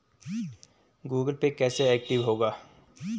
Google Pay कैसे active होगा?